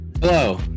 Hello